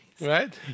Right